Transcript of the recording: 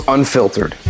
Unfiltered